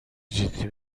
جدی